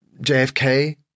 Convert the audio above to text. JFK